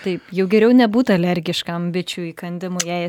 taip jau geriau nebūt alergiškam bičių įkandimui jei